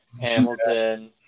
Hamilton